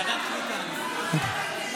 בוועדת הקליטה, בבקשה.